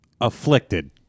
Afflicted